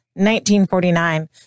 1949